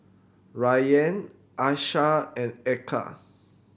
Rayyan Aishah and Eka